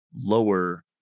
lower